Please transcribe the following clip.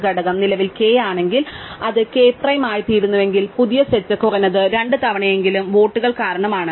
ഘടകം നിലവിൽ k ആണെങ്കിൽ അത് k പ്രൈം ആയിത്തീരുന്നുവെങ്കിൽ പുതിയ സെറ്റ് കുറഞ്ഞത് രണ്ട് തവണയെങ്കിലും വോട്ടുകൾ കാരണം ആണ്